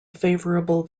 favorable